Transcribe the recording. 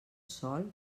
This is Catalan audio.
sol